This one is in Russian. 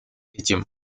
этим